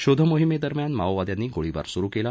शोधमहिमेदरम्यान माओवाद्यांनी गोळाबार सुरु केला